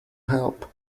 help